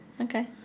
Okay